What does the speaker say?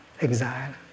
exile